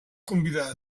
convidar